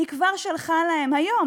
היא כבר שלחה להם היום,